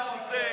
אם היה עושה